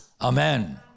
amen